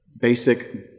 basic